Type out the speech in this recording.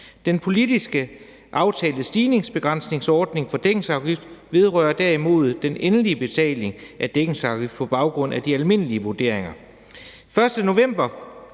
Den politisk aftalte stigningsbegrænsningsordning for dækningsafgift vedrører derimod den endelige betaling af dækningsafgift på baggrund af de almindelige vurderinger.